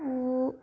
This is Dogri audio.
ओह्